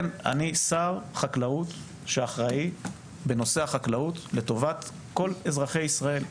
אני שר חקלאות שאחראי בנושא החקלאות לטובת כל אזרחי ישראל,